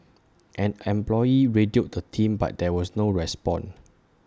an employee radioed the team but there was no response